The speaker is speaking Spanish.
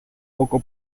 poco